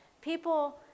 People